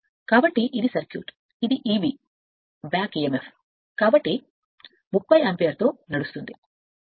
కాబట్టి ఇది సర్క్యూట్ మొదటి సర్క్యూట్ ఇది Eb 1 బ్యాక్బ్యాక్ emf